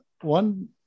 One